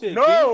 no